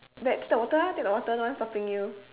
there take the water ah take the water no one's stopping you